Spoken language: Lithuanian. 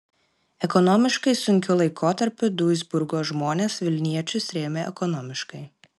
ekonomiškai sunkiu laikotarpiu duisburgo žmonės vilniečius rėmė ekonomiškai